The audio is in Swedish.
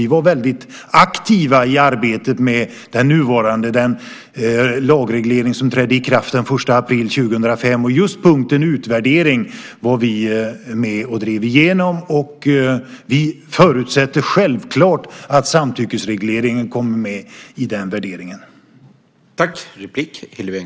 Vi var väldigt aktiva i arbetet med den lagreglering som trädde i kraft den 1 april 2005. Just punkten utvärdering var vi med och drev igenom. Vi förutsätter självklart att samtyckesregleringen kommer med i den värderingen.